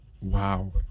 Wow